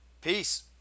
Peace